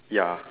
ya